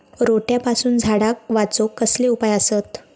रोट्यापासून झाडाक वाचौक कसले उपाय आसत?